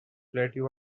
plateau